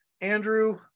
Andrew